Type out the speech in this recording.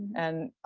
and,